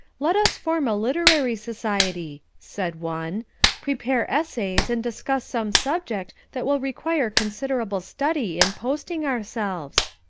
let us form a literary society, said one prepare essays, and discuss some subject that will require considerable study in posting ourselves.